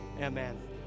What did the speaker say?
Amen